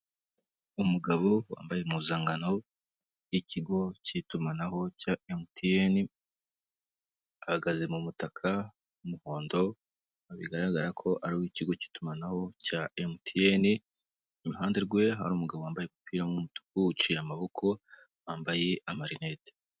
Umugabo wambaye impuzangano, yikigo cy'itumanaho cya MTN, ahagaze mu mutaka w'umuhondo, bigaragara ko ari uw'ikigo cy'itumanaho cya mtn, iruhande rwe hari umugabo wambaye umupira w'umutuku, uciye amaboko, wambaye amarineti.